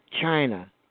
China